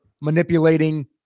manipulating